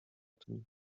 tym